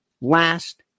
last